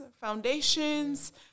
foundations